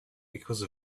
because